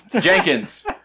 jenkins